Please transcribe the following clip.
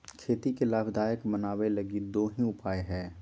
खेती के लाभदायक बनाबैय लगी दो ही उपाय हइ